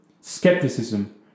Skepticism